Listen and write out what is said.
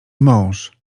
mąż